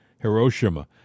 Hiroshima